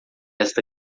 esta